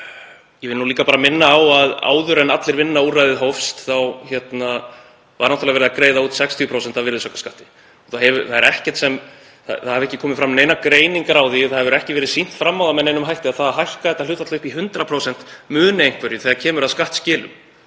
Ég vil líka minna á að áður en Allir vinna-úrræðið hófst þá var náttúrlega verið að greiða út 60% af virðisaukaskatti. Það hafa ekki komið fram neinar greiningar á því og það hefur ekki verið sýnt fram á það með neinum hætti að það að hækka þetta hlutfall upp í 100% muni einhverju þegar kemur að skattskilum.